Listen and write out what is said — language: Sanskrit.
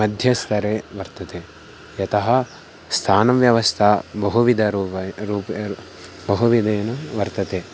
मध्यस्तरे वर्तते यतः स्थानव्यवस्था बहुविधरूपेण रूपे बहुविधेन वर्तते